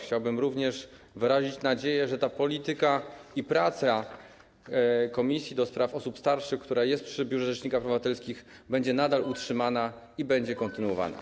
Chciałbym również wyrazić nadzieję, że ta polityka i praca komisji do spraw osób starszych przy Biurze Rzecznika Praw Obywatelskich będzie utrzymana i będzie kontynuowana.